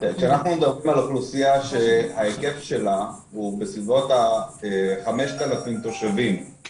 אנחנו מדברים על אוכלוסייה שההיקף שלה הוא בסביבות ה-5,000 תושבים,